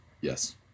Yes